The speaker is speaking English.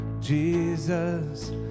Jesus